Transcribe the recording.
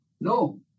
no